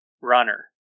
runner